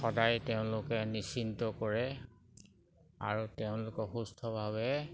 সদায় তেওঁলোকে নিশ্চিন্ত কৰে আৰু তেওঁলোকে সুস্থভাৱে